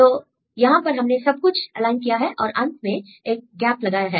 तो यहां पर हमने सब कुछ एलाइन किया है और अंत में एक गैप लगाया है